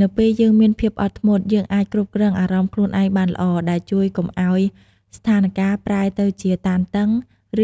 នៅពេលយើងមានភាពអត់ធ្មត់ យើងអាចគ្រប់គ្រងអារម្មណ៍ខ្លួនឯងបានល្អ ដែលជួយកុំឲ្យស្ថានការណ៍ប្រែទៅជាតានតឹង